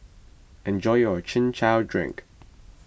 enjoy your Chin Chow Drink